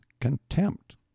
contempt